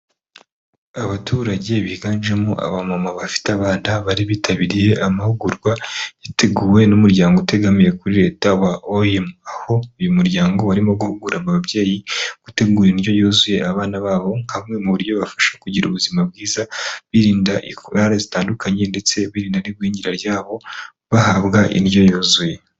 Abaturage biganjemo abamama bafite abana bari bitabiriye amahugurwa yateguwe n'umuryango utegamiye kuri leta wa om aho uyu muryango warimo guhugura ababyeyi gutegura indyo yuzuye abana babo nka bumwe muburyo bwabafasha kugira ubuzima bwiza birindaindwara zitandukanye ndetse birinda igwingira ryabo bahabwa indyo yuzuye.